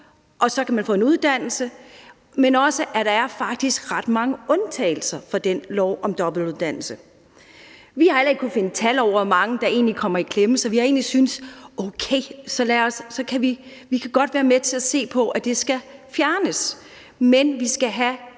og så kan man få endnu en uddannelse. Og der er faktisk også ret mange undtagelser fra den lov om dobbeltuddannelse. Vi har heller ikke kunnet finde tal for, hvor mange der kommer i klemme, så vi har egentlig sagt: Okay, vi kan godt være med til at se på, om uddannelsesloftet skal fjernes, men vi skal have